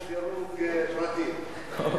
זה דירוג פרטי, בן-ארי,